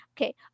Okay